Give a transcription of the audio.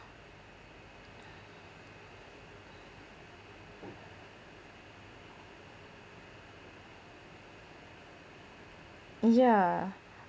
yeah